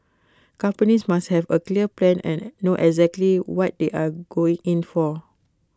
companies must have A clear plan and know exactly what they are going in for